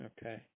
Okay